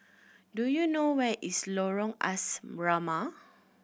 do you know where is Lorong Asrama